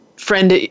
friend